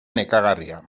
nekagarria